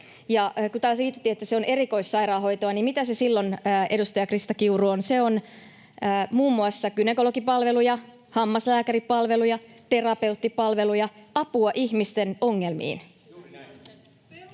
taas viitattiin, että se on erikoissairaanhoitoa, niin mitä se silloin, edustaja Krista Kiuru, on? Se on muun muassa gynekologipalveluja, hammaslääkäripalveluja ja terapeuttipalveluja — apua ihmisten ongelmiin.